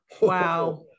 wow